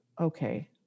okay